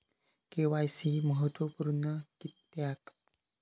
KYC महत्त्वपुर्ण किद्याक?